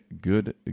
good